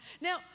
Now